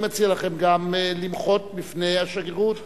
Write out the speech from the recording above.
אני מציע לכם גם למחות בפני השגרירות